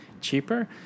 cheaper